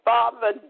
Father